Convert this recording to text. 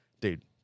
dude